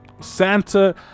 Santa